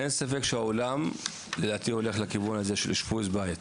אין ספק שהעולם הולך לכיוון הזה של אשפוז בית.